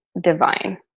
divine